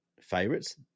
favorites